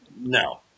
No